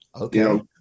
Okay